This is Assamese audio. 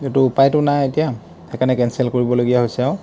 যিহেতু উপায়তো নাই এতিয়া সেইকাৰণে কেঞ্চেল কৰিবলগীয়া হৈছে আৰু